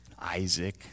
Isaac